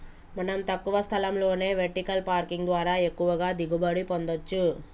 మనం తక్కువ స్థలంలోనే వెర్టికల్ పార్కింగ్ ద్వారా ఎక్కువగా దిగుబడి పొందచ్చు